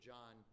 John